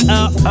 up